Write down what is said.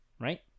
Right